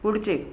पुढचे